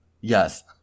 Yes